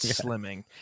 slimming